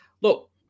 Look